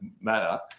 matter